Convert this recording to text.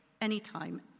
anytime